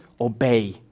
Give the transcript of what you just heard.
Obey